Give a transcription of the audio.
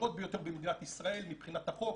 הקשורות ביותר במדינת ישראל מבחינת החוק,